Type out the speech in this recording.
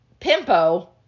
Pimpo